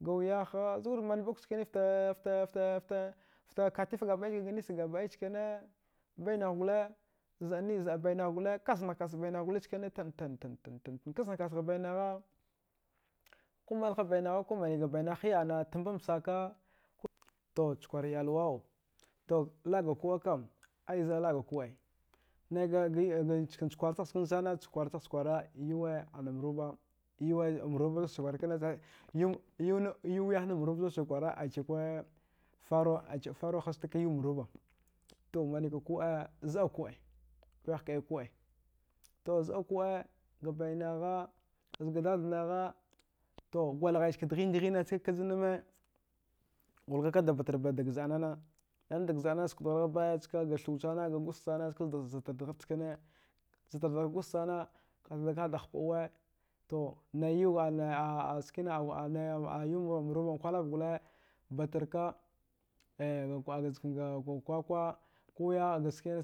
gawiyahaa, zgurman mɗuk chkani fte katifa zga nischka gabɗai chkane banagh gole zɗa bainagh gole kasnagha kas bainagh goli chkane tantan tantan kasnghakas bainagha ko malha bainagha kumaniga bainagha hiya ana tambamsaka to chkwar iyalwaw to laɗga kuɗa kam ai zɗa laɗga kuɗ ai naiga ga njknacha kwarchagh chkana sana chakwarchagh chakwara yuwa anamruba yuwa mruba vaghcha kwar kna yau wiyahnam ruba zudcha kwara achikwa faro, faro hastakyau mbruba to manika kuɗa zɗa kuɗa wiyah kɗai kuɗa tozɗa kuɗa gabainagha zga dad nagha to gwalghaichka dghindghine ska kajnama ghulakkda batarba dag zɗa nana, nana dagzɗa nana sukdrargha baya ksa ga thu sana ga gwasksana skada zatardghar chkane ztardgharka gwask sana katakada hpɗuwe to nai yau ana skina ana nkwalab gole batarka chkanga kwakwa kuwiyaha gaskinask